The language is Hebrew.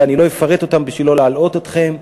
ואני לא אפרט אותם בשביל לא להלאות אתכם,